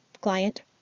client